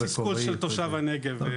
זה תסכול של תושב הנגב.